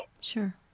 sure